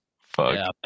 Fuck